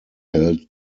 held